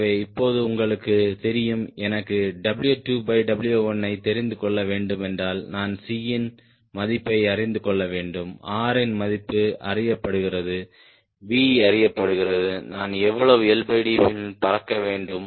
ஆகவே இப்போது உங்களுக்கு தெரியும் எனக்கு W2W1 ஐ தெரிந்துகொள்ள வேண்டுமென்றால் நான் C இன் மதிப்பை அறிந்து கொள்ள வேண்டும் R இன் மதிப்பு அறியப்படுகிறது V அறியப்படுகிறது நான் எவ்வளவு LD பறக்க வேண்டும்